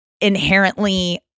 inherently